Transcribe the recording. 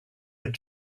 had